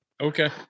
Okay